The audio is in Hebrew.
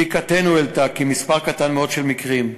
בדיקתנו העלתה מספר קטן מאוד של מקרים,